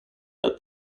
that